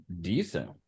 decent